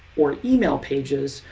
or email pages,